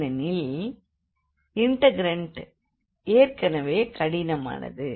ஏனெனில் இண்டெக்ரண்ட் ஏற்கெனவே கடினமானது